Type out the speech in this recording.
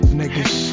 niggas